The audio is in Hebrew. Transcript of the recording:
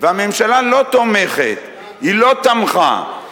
והממשלה לא תומכת, היא לא תמכה.